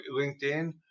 LinkedIn